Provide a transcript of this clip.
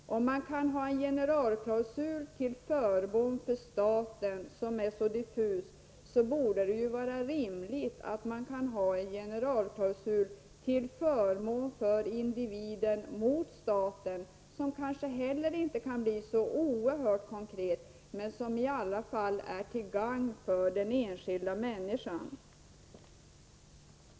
Om man kan ha en generalklausul till förmån för staten som är så diffus, så borde man rimligtvis kunna ha en generalklausul till förmån för individen mot staten, en klausul som kanske inte heller kan bli så oerhört konkret men som i alla fall är till gagn för den enskilda människan.